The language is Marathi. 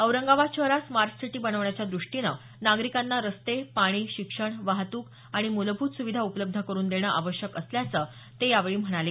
औरंगाबाद शहरास स्मार्ट सिटी बनवण्याच्या द्रष्टीने नागरिकांना रस्ते पाणी शिक्षण वाहतूक आणि मुलभूत सुविधा उपलब्ध करुन देणं आवश्यक असल्याचं ते यावेळी म्हणाले